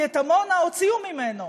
כי את עמונה הוציאו ממנו.